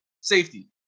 safety